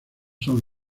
son